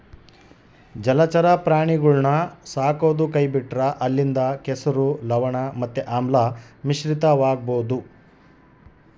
ಜಲಚರ ಪ್ರಾಣಿಗುಳ್ನ ಸಾಕದೊ ಕೈಬಿಟ್ರ ಅಲ್ಲಿಂದ ಕೆಸರು, ಲವಣ ಮತ್ತೆ ಆಮ್ಲ ಮಿಶ್ರಿತವಾಗಬೊದು